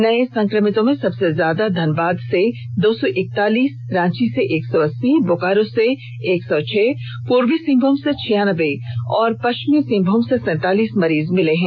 नए संक्रमितों में सबसे ज्यादा धनबाद से दो सौ इकलातीस रांची से एक सौ अस्सी बोकारो से एक सौ छह पूर्वी सिंहभूम से छियानबे और पश्चिमी सिंहभूम से सैतालीस मरीज मिले हैं